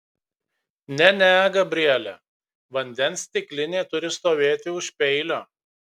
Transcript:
ne ne gabriele vandens stiklinė turi stovėti už peilio